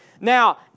Now